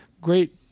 great